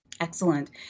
Excellent